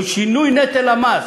שינוי נטל המס.